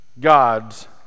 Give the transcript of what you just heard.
God's